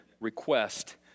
request